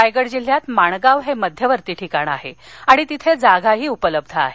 रायगड जिल्ह्यात माणगाव हे मध्यवर्ती ठिकाण आहे आणि तिथे जागाही उपलब्ध आहे